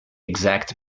exact